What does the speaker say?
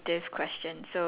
okay